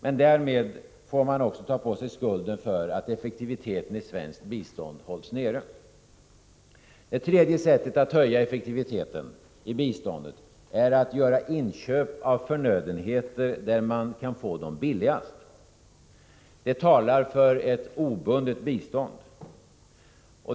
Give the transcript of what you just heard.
Men därmed får man också ta på sig skulden för att effektiviteten i svenskt bistånd hålls nere. Det tredje sättet att höja effektiviteten i biståndet är att göra inköpen av förnödenheter där man kan få dem billigast. Detta talar för ett obundet bistånd.